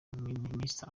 mister